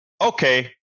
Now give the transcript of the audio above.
Okay